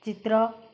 ଚିତ୍ର